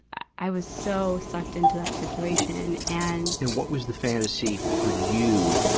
i was so sucked into that situation. and what was the fantasy for you,